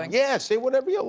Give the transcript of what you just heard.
and yeah, say whatever you